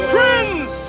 Friends